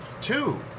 two